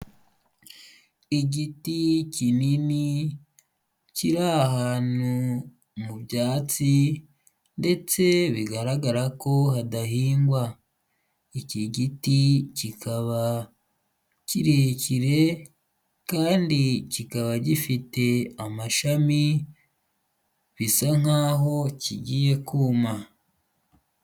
Igiti kinini kiri ahantu mu byatsi ndetse bigaragara ko hadahingwa, iki giti kikaba kirekire kandi kikaba gifite amashami bisa nkaho kigiye kuma.